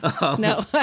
No